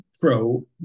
Pro